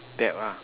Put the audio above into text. dab ah